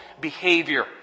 behavior